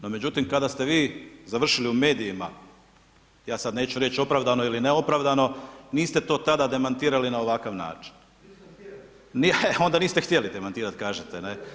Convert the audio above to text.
No, međutim, kada ste vi završili u medijima, ja sada neću reći opravdano ili neopravdano, niste to tada demantirali na ovakav način, onda niste htjeli demantirati kažete, ne.